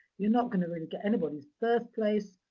you're not going to really get anyone's birth place,